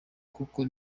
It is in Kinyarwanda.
kuko